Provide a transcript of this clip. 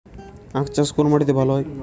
আখ চাষ কোন মাটিতে ভালো হয়?